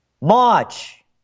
March